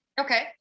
okay